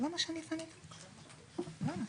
לדיון הזה במטרה לשמוע.